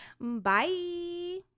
bye